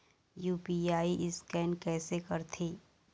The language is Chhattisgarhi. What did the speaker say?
यू.पी.आई स्कैन कइसे करथे?